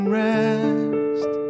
rest